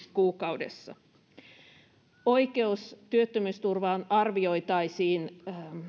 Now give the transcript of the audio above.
kuukaudessa oikeus työttömyysturvaan arvioitaisiin